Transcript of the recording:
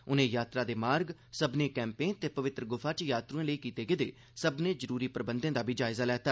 उनें यात्रा दे रस्ते सब्बने कैंपें ते पवित्र गुफा च यात्रुएं लेई कीते गेदे सब्बने जरूरी प्रबंधें दा बी जायजा लैता